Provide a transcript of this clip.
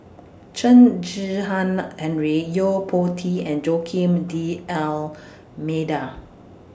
Chen Henri Yo Po Tee and Joaquim D'almeida